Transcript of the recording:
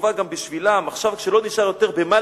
טובה גם בשבילם / עכשיו כשלא נשאר יותר במה